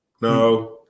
No